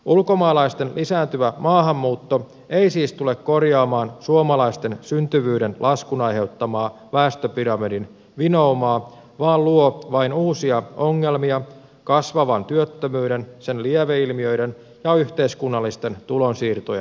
ulkomaalaisten lisääntyvä maahanmuutto ei siis tule korjaamaan suomalaisten syntyvyyden laskun aiheuttamaa väestöpyramidin vinoumaa vaan luo vain uusia ongelmia kasvavan työttömyyden sen lieveilmiöiden ja yhteiskunnallisten tulonsiirtojen myötä